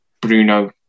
Bruno